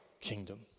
kingdom